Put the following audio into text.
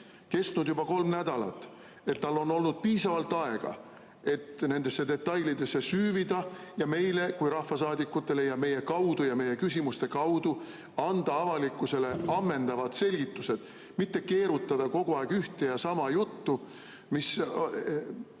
kestnud juba kolm nädalat, et tal on olnud piisavalt aega, et nendesse detailidesse süüvida ja meile kui rahvasaadikutele ja meie kaudu ja meie küsimuste kaudu anda avalikkusele ammendavad selgitused, mitte keerutada kogu aeg ühte ja sama juttu, mis